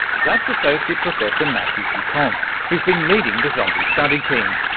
that's associate professor matthieu guitton um who's been leading the zombie study team,